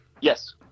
Yes